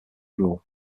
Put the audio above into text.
rule